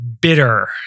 bitter